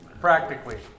practically